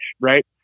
right